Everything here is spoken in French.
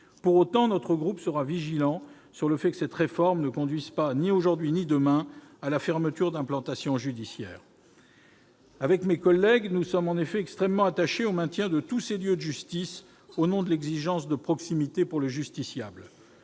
élus de notre groupe veilleront à ce que cette réforme ne conduise, ni aujourd'hui ni demain, à la fermeture d'implantations judiciaires. Mes collègues et moi-même sommes en effet extrêmement attachés au maintien de tous ces lieux de justice, au nom de l'exigence de proximité pour le justiciable.